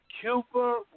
Cuba